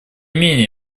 менее